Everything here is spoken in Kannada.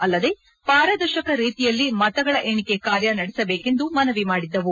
ಅಲ್ಲದೇ ಪಾರದರ್ಶಕ ರೀತಿಯಲ್ಲಿ ಮತಗಳ ಎಣಿಕೆ ಕಾರ್ಯ ನಡೆಸಬೇಕೆಂದು ಮನವಿ ಮಾಡಿದ್ದವು